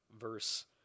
verse